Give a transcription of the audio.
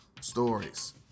Stories